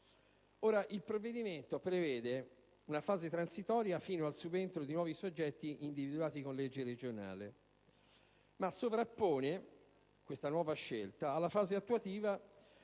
Ora, il provvedimento prevede una fase transitoria fino al subentro di nuovi soggetti individuati con legge regionale, ma sovrappone questa nuova scelta alla fase attuativa